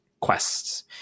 quests